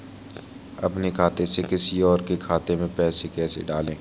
अपने खाते से किसी और के खाते में पैसे कैसे डालें?